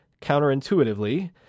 counterintuitively